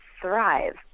thrive